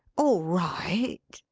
all right,